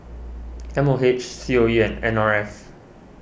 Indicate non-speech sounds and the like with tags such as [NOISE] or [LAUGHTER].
[NOISE] M O H C O E and N R F